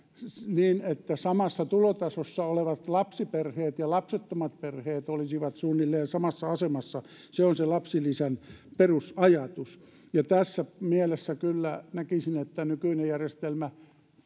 siitä että samassa tulotasossa olevat lapsiperheet ja lapsettomat perheet olisivat suunnilleen samassa asemassa se on se lapsilisän perusajatus ja tässä mielessä kyllä näkisin että nykyinen järjestelmä